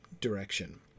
direction